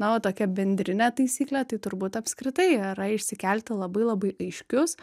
na o tokia bendrinė taisyklė tai turbūt apskritai yra išsikelti labai labai aiškius